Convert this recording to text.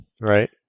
Right